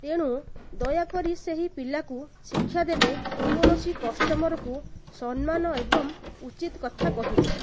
ତେଣୁ ଦୟାକରି ସେହି ପିଲାକୁ ଶିକ୍ଷାଦେବେ କୌଣସି କଷ୍ଟମର୍କୁ ସମ୍ମାନ ଏବଂ ଉଚିତ କଥା କହିବେ